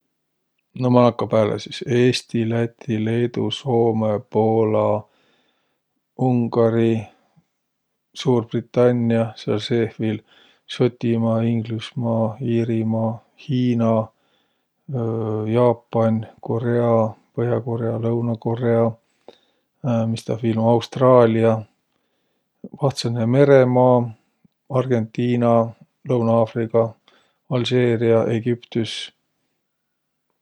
No ma nakka pääle sis: Eesti, Läti, Leedu, Soomõ, Poola, Ungari, Suurbritannia, sääl seeh viil Sotimaa, Inglüsmaa, Iirimaa, Hiina, Jaapan, Korea, Põh'a-Korea, Lõunõ-Korea. Mis tah viil um, Austraalia, Vahtsõnõ-Meremaa, Argõntiina, Lõunõ-Afriga, Alseeriä, Egüptüs.